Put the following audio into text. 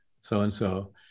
so-and-so